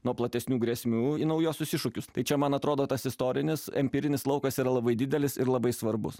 nuo platesnių grėsmių į naujuosius iššūkius tai čia man atrodo tas istorinis empirinis laukas yra labai didelis ir labai svarbus